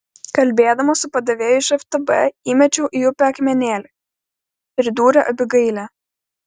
kalbėdama su padavėju iš ftb įmečiau į upę akmenėlį pridūrė abigailė